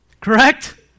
Correct